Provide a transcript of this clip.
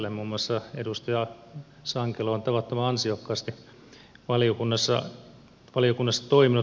muun muassa edustaja sankelo on tavattoman ansiokkaasti valiokunnassa toiminut